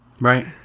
Right